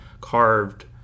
carved